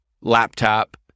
laptop